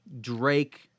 Drake